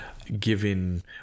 Given